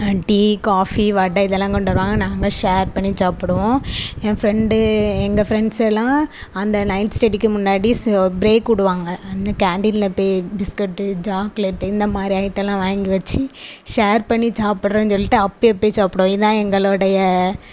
tea coffee vada இதெல்லாம் கொண்டு வருவாங்க நாங்கள் ஷேர் பண்ணி சாப்பிடுவோம் என் ஃப்ரெண்ட்டு எங்கள் ஃப்ரெண்ட்ஸ் எல்லாம் அந்த நைட் ஸ்டெடிக்கு முன்னாடி சா ப்ரேக் விடுவாங்க அந்த கேண்டீனில் போய் பிஸ்கட்டு சாக்லேட்டு இந்த மாதிரி ஐட்டமெலாம் வாங்கி வச்சு ஷேர் பண்ணி சாப்பிட்றேன் சொல்லிட்டு அப்டேயே அப்படயே சாப்பிடுவாங்க இதுதான் எங்களோடைய